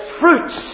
fruits